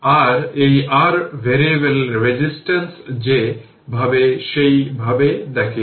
আর এই r variable resistance যে ভাবে সেই ভাবে দেখিয়েছে